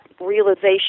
realization